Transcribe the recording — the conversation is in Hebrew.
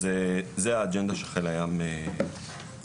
אז זה האג'נדה שחיל הים מבקש.